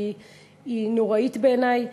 היא נוראית בעיני,